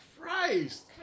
Christ